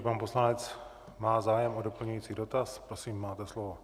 Pan poslanec má zájem o doplňující dotaz, prosím, máte slovo.